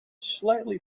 slightly